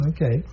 Okay